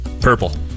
Purple